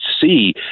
see